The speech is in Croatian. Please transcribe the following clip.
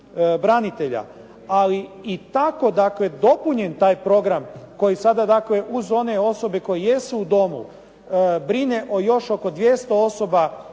branitelja. Ali i tako dakle dopunjen taj program koji sada dakle uz one osobe koje jesu u domu brine o još oko 200 osoba